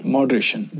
Moderation